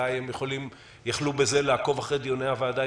יכול לגרום למעקב מוגבר אחרי דיוני הוועדה.